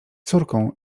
córką